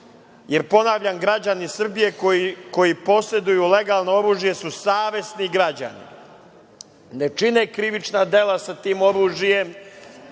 ponavljam, građani Srbije koji poseduju legalno oružje su savesni građani, ne čine krivična dela sa tim oružjem,